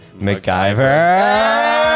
MacGyver